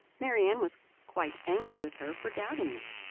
marianne was quite angry with her for doubting it.